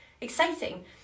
exciting